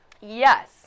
Yes